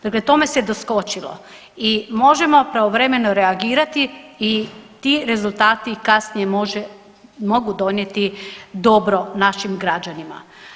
Dakle tome se doskočilo i možemo pravovremeno reagirati i ti rezultati kasnije mogu donijeti dobro našim građanima.